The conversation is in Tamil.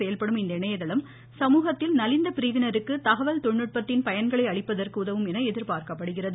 செயல்படும் இந்த இணையதளம் சமூகத்தில் நலிந்த பிரிவினருக்கு தகவல் தொழில்நுட்பத்தின் பயன்களை அளிப்பதற்கு உதவும் என எதிர்பார்க்கப்படுகிறது